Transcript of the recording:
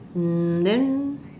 mm then